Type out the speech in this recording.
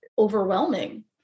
overwhelming